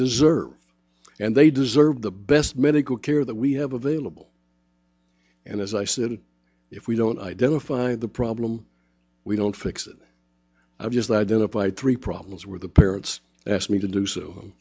deserve and they deserve the best medical care that we have available and as i said if we don't identify the problem we don't fix it i just identified three problems were the parents asked me to do so